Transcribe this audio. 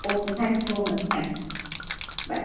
okay thank you so much thank you bye